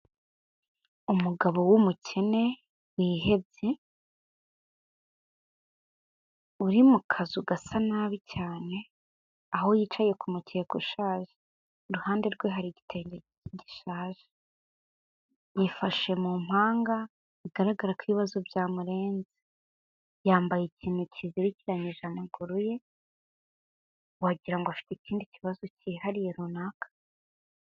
Umugabo w'umukene wihebye uri mu kazu gasa nabi cyane, aho yicaye ku mukeka ushaje, iruhande rwe hari igitenge gishaje, yifashe mu mpanga bigaragara ko ibibazo bya byamurenze, yambaye ikintu kizirikiranyije amaguru ye wagira ngo hari afite ikindi kibazo cyihariye runaka.